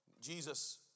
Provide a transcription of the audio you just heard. Jesus